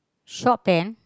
shop and